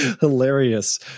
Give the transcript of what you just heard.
hilarious